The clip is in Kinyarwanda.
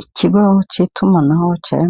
Iri ni isoko bacururizamo ibintu byinshi turabonamo abantu bacuruza